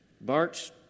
Bart